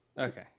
Okay